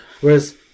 Whereas